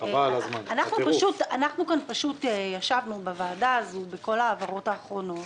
ישבנו בוועדה הזאת בכל ההעברות האחרונות,